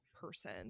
person